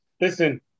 Listen